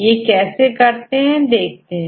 इसे कैसे करते हैं